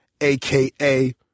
aka